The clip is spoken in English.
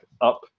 up